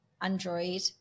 Android